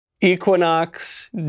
Equinox